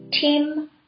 Tim